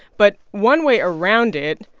but one way around it,